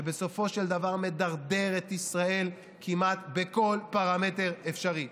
שבסופו של דבר מדרדר את ישראל כמעט בכל פרמטר אפשרי.